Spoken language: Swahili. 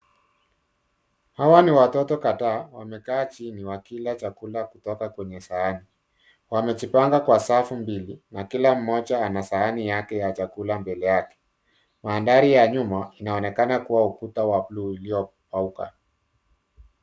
Hawa ni watoto kadhaa wamekaa chini wakila chakula kutoka kwenye sahani. Wamejipanga kwa safu mbili na kila mmoja ana sahani yake ya chakula mbele yake. Mandhari ya nyuma inaonekana kuwa ukuta wa buluu uliopauka.